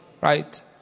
Right